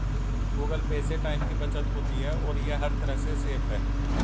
Google Pay से time की बचत होती है और ये हर तरह से सेफ है